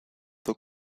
the